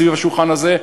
סביב השולחן הזה,